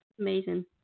Amazing